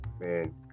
man